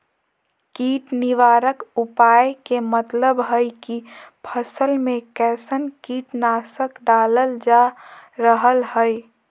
कीट निवारक उपाय के मतलव हई की फसल में कैसन कीट नाशक डालल जा रहल हई